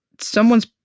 Someone's